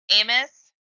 Amos